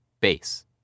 base